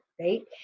right